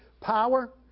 Power